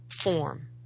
form